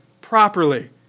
properly